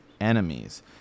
enemies